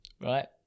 right